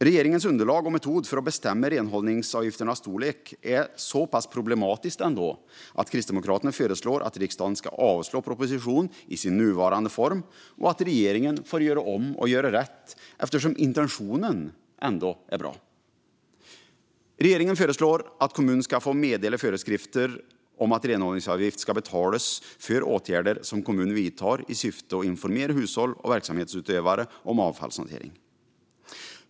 Regeringens underlag och metod för att bestämma renhållningsavgifternas storlek är så pass problematiska att Kristdemokraterna föreslår att riksdagen ska avslå propositionen i sin nuvarande form och att regeringen får göra om och göra rätt, eftersom intentionen ändå är bra. Regeringen föreslår att kommunen ska få meddela föreskrifter om att renhållningsavgift ska betalas för åtgärder som kommunen vidtar, i syfte att informera hushåll och verksamhetsutövare om avfallshantering.